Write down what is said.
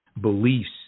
beliefs